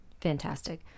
Fantastic